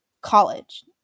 College